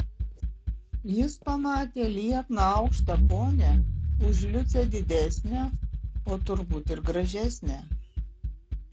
jis pamatė liekną aukštą ponią už liucę didesnę o turbūt ir gražesnę